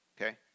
okay